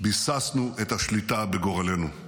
ביססנו את השליטה בגורלנו.